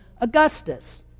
Augustus